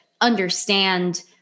understand